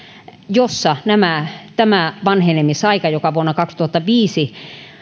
joissa tämä vanhenemisaika joka vuonna kaksituhattaviisi